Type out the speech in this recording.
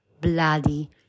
bloody